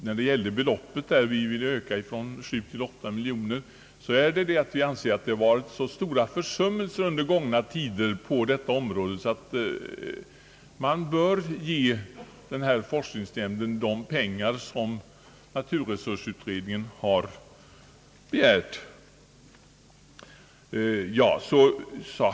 Vad gäller den föreslagna ökningen från 7 till 8 miljoner kronor anser vi att det varit så stora försummelser under gångna tider på det här området att vi bör ge forskningsnämnden det belopp som naturresursutredningen begärt.